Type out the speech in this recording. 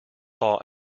thaw